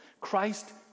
Christ